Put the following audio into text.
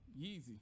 Yeezy